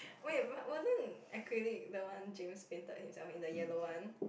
wait what wasn't acrylic the one Jimmy painted himself in the yellow one